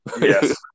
yes